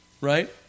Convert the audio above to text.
right